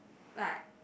like